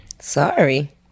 Sorry